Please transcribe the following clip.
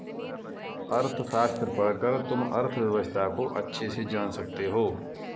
अर्थशास्त्र पढ़कर तुम अर्थव्यवस्था को अच्छे से जान सकते हो